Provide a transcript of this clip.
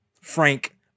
Frank